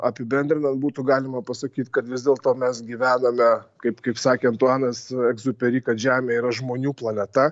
apibendrinant būtų galima pasakyt kad vis dėlto mes gyvename kaip kaip sakė antuanas egziuperi kad žemė yra žmonių planeta